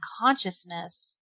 consciousness